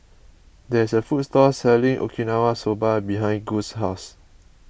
there is a food court selling Okinawa Soba behind Gus' house